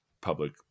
public